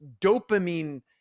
dopamine